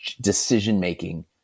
decision-making